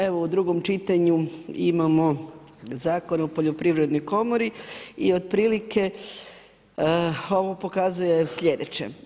Evo, u drugom čitanju imamo Zakon o poljoprivrednoj komori i otprilike ovo pokazuje slijedeće.